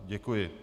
Děkuji.